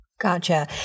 Gotcha